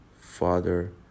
Father